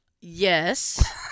Yes